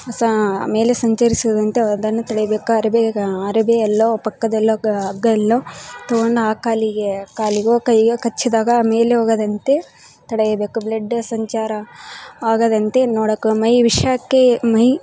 ಸ ಮೇಲೆ ಸಂಚರಿಸದಂತೆ ಅದನ್ನು ತಡೆಯಬೇಕು ಅರಬಿಗ ಅರಬಿಯಲ್ಲೋ ಪಕ್ಕದಲ್ಲೋ ಕ ಅಗ್ಗದಲ್ಲೋ ತೊಗೊಂಡು ಆ ಕಾಲಿಗೆ ಕಾಲಿಗೋ ಕೈಗೋ ಕಚ್ಚಿದಾಗ ಮೇಲೆ ಹೋಗದಂತೆ ತಡೆಯಬೇಕು ಬ್ಲೆಡ್ಡ ಸಂಚಾರ ಆಗದಂತೆ ನೋಡಕ ಮೈ ವಿಷಕ್ಕೆ ಮೈ